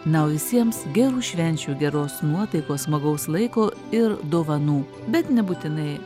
na o visiems gerų švenčių geros nuotaikos smagaus laiko ir dovanų bet nebūtinai